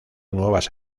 nuevas